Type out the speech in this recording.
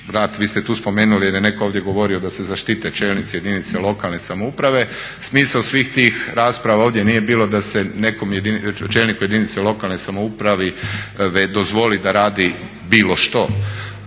rad. Vi ste tu spomenuli ili je netko ovdje govorio da se zaštite čelnici jedinica lokalne samouprave. Smisao svih tih rasprava ovdje nije bilo da se nekom čelniku jedinice lokalne samouprave dozvoli da radi bilo što,